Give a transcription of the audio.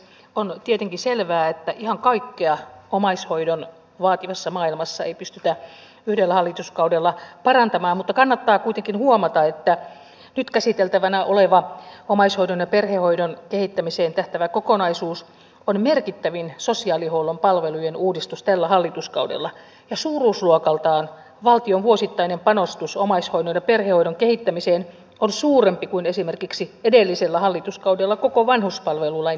on tietenkin selvää että ihan kaikkea omaishoidon vaativassa maailmassa ei pystytä yhdellä hallituskaudella parantamaan mutta kannattaa kuitenkin huomata että nyt käsiteltävänä oleva omaishoidon ja perhehoidon kehittämiseen tähtäävä kokonaisuus on merkittävin sosiaalihuollon palvelujen uudistus tällä hallituskaudella ja suuruusluokaltaan valtion vuosittainen panostus omaishoidon ja perhehoidon kehittämiseen on suurempi kuin esimerkiksi edellisellä hallituskaudella koko vanhuspalvelulain toimeenpanoon